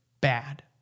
bad